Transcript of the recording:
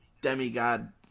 demigod